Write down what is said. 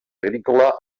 agrícola